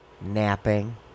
Napping